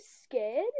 scared